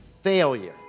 failure